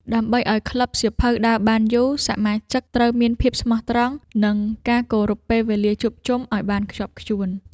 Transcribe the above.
ដើម្បីឱ្យក្លឹបសៀវភៅដើរបានយូរ សមាជិកត្រូវមានភាពស្មោះត្រង់ និងការគោរពពេលវេលាជួបជុំឱ្យបានខ្ជាប់ខ្ជួន។